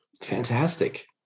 Fantastic